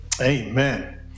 Amen